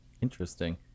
Interesting